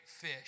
fish